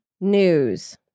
news